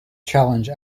challenge